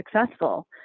successful